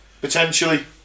Potentially